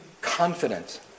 confident